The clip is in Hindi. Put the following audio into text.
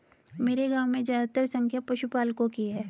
मेरे गांव में ज्यादातर संख्या पशुपालकों की है